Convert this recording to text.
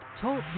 Talk